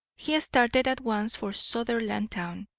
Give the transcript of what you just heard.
he started at once for sutherlandtown,